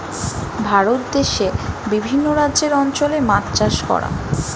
ভারত দেশে বিভিন্ন রাজ্যের অঞ্চলে মাছ চাষ করা